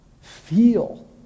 feel